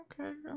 Okay